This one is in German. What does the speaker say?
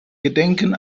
gedenken